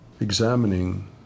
examining